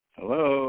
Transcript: Hello